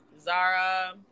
zara